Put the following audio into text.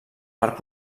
part